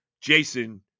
Jason